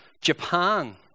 Japan